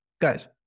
Guys